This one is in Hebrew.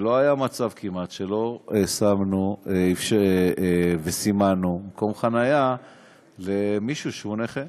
וכמעט לא היה מצב שלא שמנו וסימנו מקום חניה למישהו שהוא נכה.